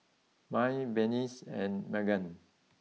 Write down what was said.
Mai Berniece and Meggan